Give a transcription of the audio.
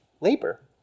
labor